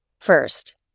First